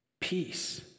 Peace